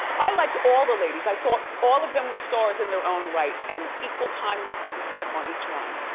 i liked all the ladies. i thought all of them were stars in their own right, and equal time needs to be spent on each one.